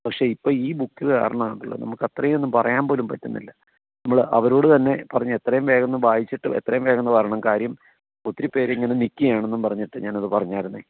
പക്ഷെ ഇപ്പം ഈ ബുക്ക് കാരണമാണല്ലോ നമുക്കത്രയും ഒന്നു പോലും പറ്റുന്നില്ല നമ്മൾ അവരോടു തന്നെ പറഞ്ഞ് എത്രയും വേഗം ഒന്നു വായിച്ചിട്ട് എത്രയും വേഗം ഇങ്ങു വരണം കാര്യം ഒത്തിരിപ്പേര് ഇങ്ങനെ നിൽക്കുകയാണെന്നു പറഞ്ഞിട്ട് ഞാനത് പറഞ്ഞായിരുന്നത്